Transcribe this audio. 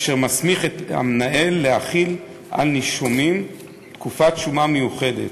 אשר מסמיך את המנהל להחיל על נישומים תקופת שומה מיוחדת,